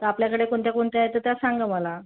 तर आपल्याकडे कोणत्या कोणत्या आहेत तर त्या सांगा मला